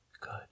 good